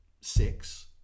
six